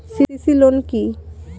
CC loan কি?